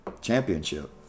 championship